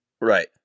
Right